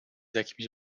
jakimś